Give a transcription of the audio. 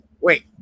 Wait